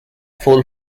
full